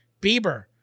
Bieber